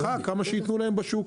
והם יקבלו הנחה כמה שייתנו להם בשוק.